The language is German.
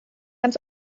ganz